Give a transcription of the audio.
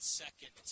second